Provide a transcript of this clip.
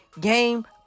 game